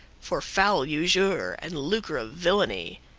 for foul usure, and lucre of villainy,